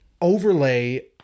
overlay